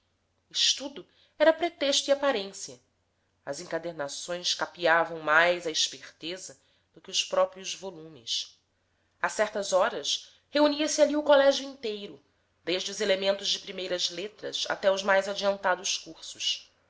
subterrânea estudo era pretexto e aparência as encadernações capeavam mais a esperteza do que os próprios volumes a certas horas reunia-se ali o colégio inteiro desde os elementos de primeiras letras até os mais adiantados cursos